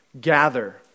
gather